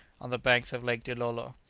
on the banks of lake dilolo.